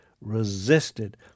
resisted